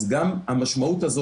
אז גם המשמעות הזו,